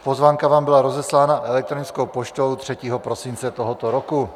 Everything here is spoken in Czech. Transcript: Pozvánka vám byla rozeslána elektronickou poštou 3. prosince tohoto roku.